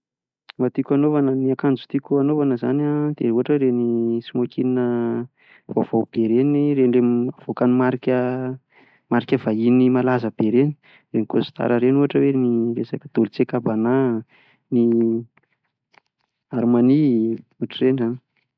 Ny tiako hanaovana, ny akanjo tiako hanaovana izao an ohatra hoe ireny smoking vaovao be ireny, avoakan'ny marika marika vahiny malaza be ireny, ireny costard ireny ohatra hoe dolce cabana, ny armani, otran'ireny izany.